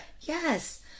Yes